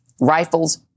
rifles